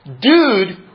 Dude